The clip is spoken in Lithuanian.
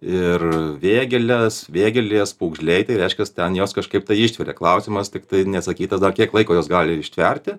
ir vėgėles vėgėlės pūgžliai tai reiškias ten jos kažkaip tai ištveria klausimas tiktai neatsakytas dar kiek laiko jos gali ištverti